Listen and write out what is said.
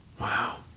Wow